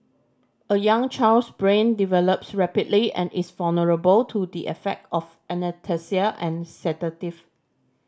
a young child's brain develops rapidly and is vulnerable to the effect of anaesthesia and sedative